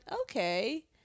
Okay